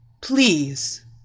please